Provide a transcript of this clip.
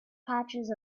patches